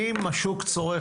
אם משהו צורך,